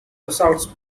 results